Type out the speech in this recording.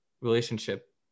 relationship